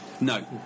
No